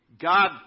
God